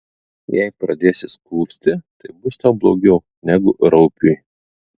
jei pradėsi skųsti tai bus tau blogiau negu raupiui